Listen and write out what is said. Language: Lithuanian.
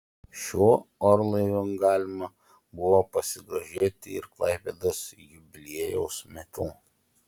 šiuo orlaiviu galima buvo pasigrožėti ir klaipėdos jubiliejaus metu